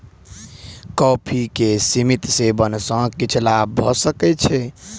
coffee के सीमित सेवन सॅ किछ लाभ भ सकै छै